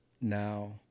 now